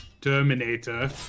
terminator